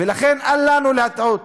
ולכן, אל לנו לטעות